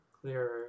clearer